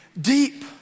deep